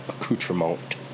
Accoutrement